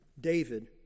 David